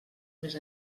més